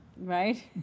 Right